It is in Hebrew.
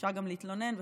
אפשר גם להתלונן וכו'.